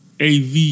AV